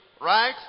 Right